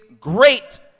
great